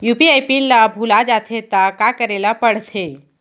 UPI PIN ल भुला जाथे त का करे ल पढ़थे?